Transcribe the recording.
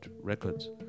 Records